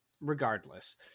Regardless